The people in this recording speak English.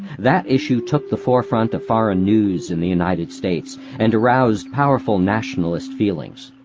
that issue took the forefront of foreign news in the united states and aroused powerful nationalist feelings,